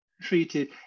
treated